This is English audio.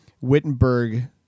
Wittenberg